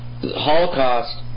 Holocaust